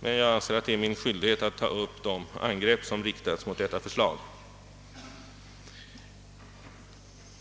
Men jag anser det som en skyldighet att bemöta de angrepp som riktats mot detta förslag.